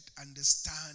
understand